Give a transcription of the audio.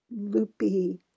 loopy